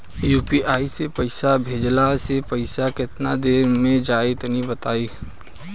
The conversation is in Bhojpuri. यू.पी.आई से पईसा भेजलाऽ से पईसा केतना देर मे जाई तनि बताई?